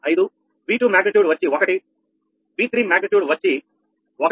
05V2 magnitude వచ్చి 1 V3 magnitude వచ్చి 1